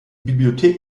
bibliothek